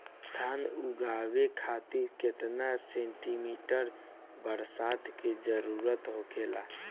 धान उगावे खातिर केतना सेंटीमीटर बरसात के जरूरत होखेला?